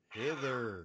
hither